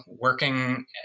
working